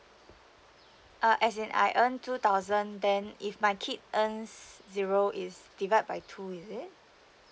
uh as in I earn two thousand then if my kid earns zero is divide by two is it